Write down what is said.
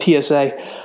PSA